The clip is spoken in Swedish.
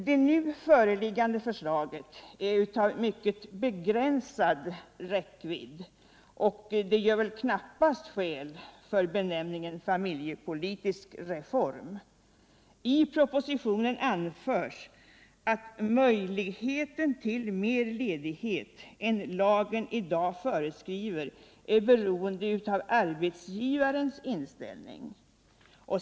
Det nu föreliggande förslaget är av mycket begränsad räckvidd och ett genomförande av det gör knappast skäl för benämningen familjepolitisk reform. I propositionen anförs att möjligheten till mer ledighet än lagen i dag föreskriver är beroende av arbetsgivarens inställning.